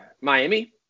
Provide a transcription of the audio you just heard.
Miami